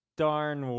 darn